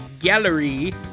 Gallery